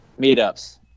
meetups